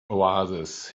oasis